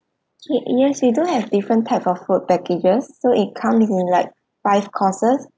yes yes we do have different type of food packages so it comes in like five courses